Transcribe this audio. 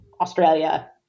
Australia